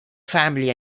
family